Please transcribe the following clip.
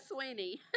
Sweeney